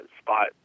spot